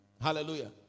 hallelujah